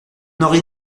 aurait